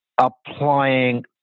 applying